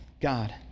God